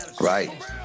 Right